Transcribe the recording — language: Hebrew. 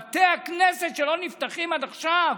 בתי כנסת שלא נפתחים עד עכשיו?